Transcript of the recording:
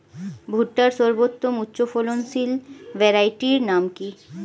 ভুট্টার সর্বোত্তম উচ্চফলনশীল ভ্যারাইটির নাম কি?